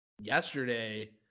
yesterday